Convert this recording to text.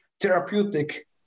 therapeutic